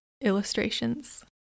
illustrations